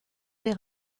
des